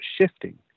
shifting